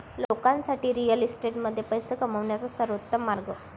लोकांसाठी रिअल इस्टेटमध्ये पैसे कमवण्याचा सर्वोत्तम मार्ग